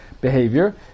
behavior